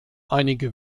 einige